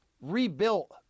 rebuilt